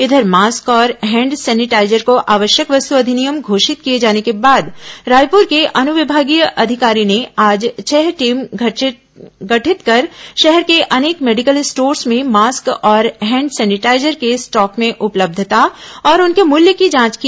इधर मास्क और hand sanitizer को आवश्यक वस्तु अधिनियम घोषित किए जाने के बाद रायपुर के अनुविभागीय अधिकारी ने आज छह टीम गठित कर शहर के अनेक मेडिकल स्टोर्स में मास्क और हैंड सैनिटाइजर की स्टॉक में उपलब्धता और उनके मुल्य की जांच की